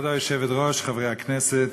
כבוד היושבת-ראש, חברי הכנסת,